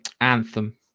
Anthem